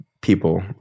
people